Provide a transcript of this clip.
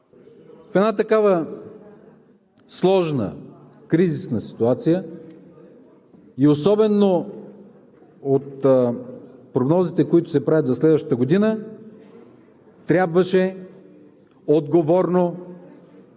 В една такава сложна кризисна ситуация, особено от прогнозите, които се правят за следващата година, Вие трябваше да